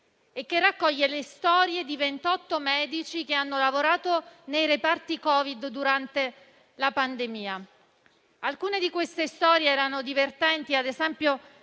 e che raccoglie le storie di 28 medici che hanno lavorato nei reparti Covid durante la pandemia. Alcune di queste storie erano divertenti. Ad esempio,